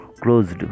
Closed